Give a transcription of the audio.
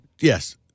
yes